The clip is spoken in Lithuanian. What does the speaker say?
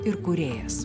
ir kūrėjas